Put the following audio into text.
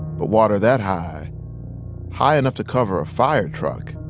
but water that high high enough to cover a fire truck